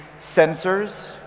sensors